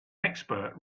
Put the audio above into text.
expert